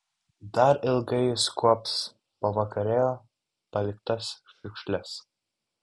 dar ilgai jis kuops po vakarėlio paliktas šiukšles